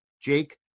Jake